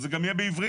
וזה גם יהיה בעברית.